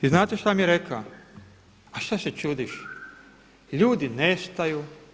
I znate šta mi je rekao, a šta se čudiš, ljudi nestaju.